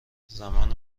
زبان